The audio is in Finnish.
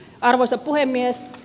arvoisa puhemies